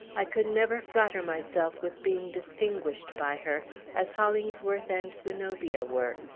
i could never flatter myself with being distinguished by her as hollingsworth and zenobia were.